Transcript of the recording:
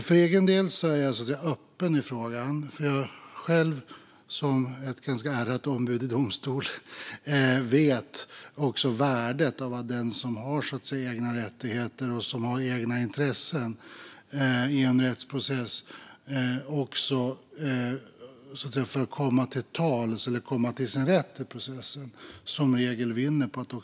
För egen del är jag öppen i frågan, för jag vet själv, som ett ganska ärrat ombud i domstol, att den som har egna rättigheter och intressen i en rättsprocess som regel vinner på att ha ett eget ombud när det gäller att komma till tals eller komma till sin rätt i processen.